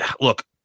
look